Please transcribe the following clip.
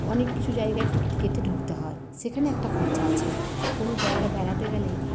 অনেক কিছু জায়গায় টিকিট কেটে ঢুকতে হয় সেখানে একটা খরচা আছে কোন জায়গা বেড়াতে গেলে